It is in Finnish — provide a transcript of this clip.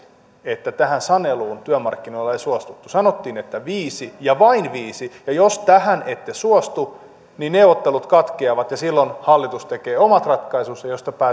että tähän saneluun työmarkkinoilla ei suostuttu sanottiin että viisi ja vain viisi ja jos tähän ette suostu niin neuvottelut katkeavat ja silloin hallitus tekee omat ratkaisunsa mistä